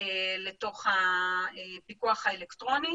לתוך הפיקוח האלקטרוני.